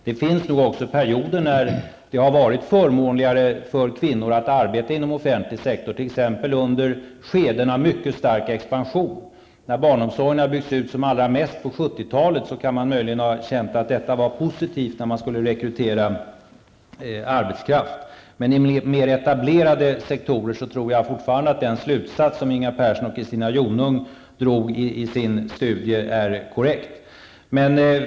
Det finns också perioder när det har varit förmånligare för kvinnor att arbeta inom offentlig sektor, t.ex. under skeden av mycket stark expansion. När barnomsorgen byggdes ut som allra mest på 1970-talet kan man möjligen ha känt att detta var positivt när arbetskraft skulle rekryteras. Men i mer etablerade sektorer tror jag fortfarande att den slutsats som Inga Persson och Christina Jonung drog i sin studie är korrekt.